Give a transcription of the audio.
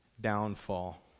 downfall